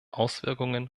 auswirkungen